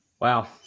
Wow